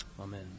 Amen